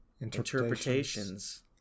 interpretations